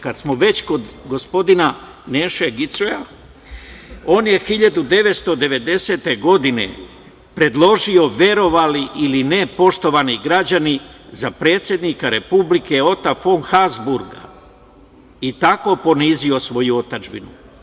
Kad smo već kod gospodina „Neše gicoja“, on je 1990. godine predložio, verovali ili ne, poštovani građani, za predsednika Republika Oto fon Habsburga i tako ponizio svoju otadžbinu.